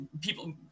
people